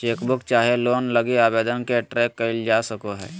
chequebook चाहे loan लगी आवेदन के ट्रैक क़इल जा सको हइ